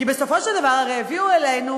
כי בסופו של דבר הרי הביאו אלינו